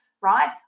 right